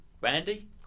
Randy